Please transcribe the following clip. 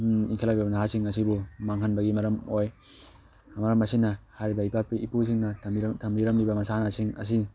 ꯏꯟꯈꯠꯂꯛꯂꯤꯕ ꯅꯍꯥꯁꯤꯡ ꯑꯁꯤꯕꯨ ꯃꯥꯡꯍꯟꯕꯒꯤ ꯃꯔꯝ ꯑꯣꯏ ꯃꯔꯝ ꯑꯁꯤꯅ ꯍꯥꯏꯔꯤꯕ ꯏꯄꯥ ꯏꯄꯨꯁꯤꯡꯅ ꯊꯝꯕꯤꯔꯝ ꯊꯝꯕꯤꯔꯝꯂꯤꯕ ꯃꯁꯥꯟꯅꯁꯤꯡ ꯑꯁꯤ